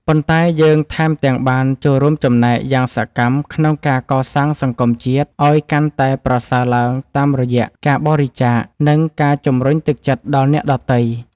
ប៉ុន្តែយើងថែមទាំងបានចូលរួមចំណែកយ៉ាងសកម្មក្នុងការកសាងសង្គមជាតិឱ្យកាន់តែប្រសើរឡើងតាមរយៈការបរិច្ចាគ និងការជម្រុញទឹកចិត្តដល់អ្នកដទៃ។